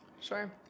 Sure